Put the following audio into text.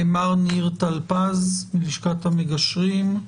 מר ניר תל פז מלשכת המגשרים,